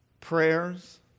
Prayers